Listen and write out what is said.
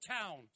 town